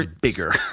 bigger